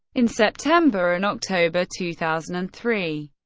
in september and october two thousand and three,